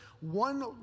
one